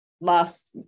last